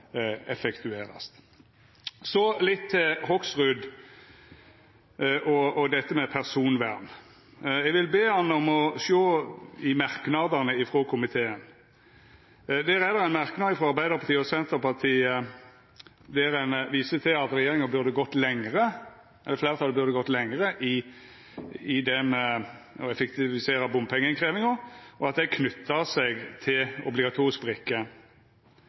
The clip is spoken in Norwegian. effektuerte. Så litt til Hoksrud og dette med personvern. Eg vil be han om å sjå i merknadene frå komiteen. Det er ein merknad frå Arbeidarpartiet og Senterpartiet der ein viser til at «regjeringen burde gått enda lenger i å effektivisere bompengeinnkrevingen», og at det er knytt til obligatorisk brikke.